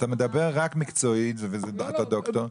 אתה מדבר רק מקצועית ואתה דוקטור,